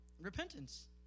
repentance